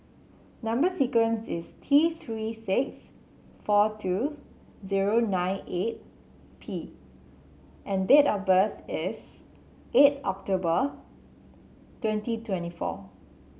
number sequence is T Three six four two zero nine eight P and date of birth is eight October twenty twenty four